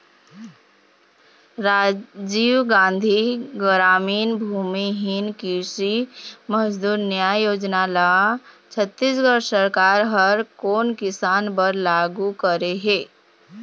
राजीव गांधी गरामीन भूमिहीन कृषि मजदूर न्याय योजना ल छत्तीसगढ़ सरकार ह कोन किसान बर लागू करे हे?